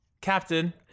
captain